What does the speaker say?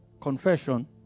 confession